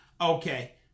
Okay